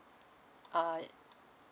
err